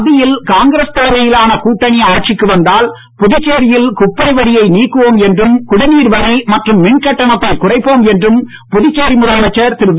மத்தியில் காங்கிரஸ் தலைமையிலான கூட்டணி ஆட்சிக்கு வந்தால் புதுச்சேரியில் குப்பை வரியை நீக்குவோம் என்றும் குடிநீர் வரி மற்றும் மின்கட்டணத்தை குறைப்போம் என்றும் புதுச்சேரி முதலமைச்சர் திரு வி